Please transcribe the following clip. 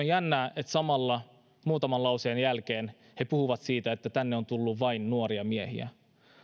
jännää että samalla muutaman lauseen jälkeen he puhuvat siitä että tänne on tullut vain nuoria miehiä